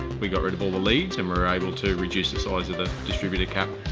we got rid of all the leads and we're able to reduce the size of the distributor cap.